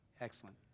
Excellent